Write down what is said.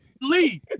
leave